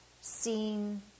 seeing